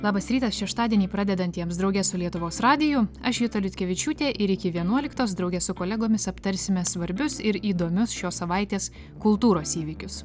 labas rytas šeštadienį pradedantiems drauge su lietuvos radiju aš juta liutkevičiūtė ir iki vienuoliktos drauge su kolegomis aptarsime svarbius ir įdomius šios savaitės kultūros įvykius